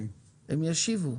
הם ישיבו.